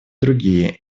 другие